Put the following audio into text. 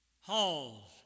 halls